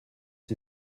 die